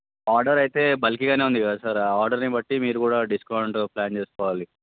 order అయితే బల్కిగా ఉందిగా సార్ ఆర్డర్ని బట్టి మీరు కూడా డిస్కౌంట్ ప్లాన్ చేసుకోవాలి